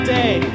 day